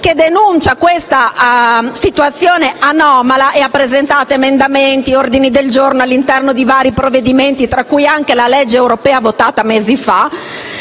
dal 2014 questa situazione anomala, presentando emendamenti e ordini del giorno all'interno di vari provvedimenti, tra i quali anche la legge europea votata mesi fa.